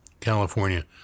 California